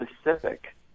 specific